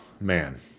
man